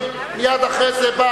מייד אחרי זה בא